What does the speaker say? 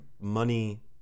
money